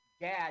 dad